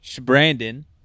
Brandon